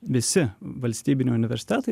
visi valstybiniai universitetai